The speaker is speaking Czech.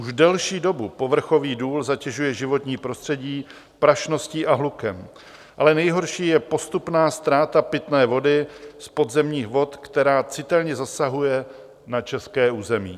Už delší dobu povrchový důl zatěžuje životní prostředí prašností a hlukem, ale nejhorší je postupná ztráta pitné vody z podzemních vod, která citelně zasahuje na české území.